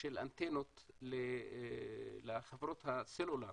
של אנטנות לחברות הסלולר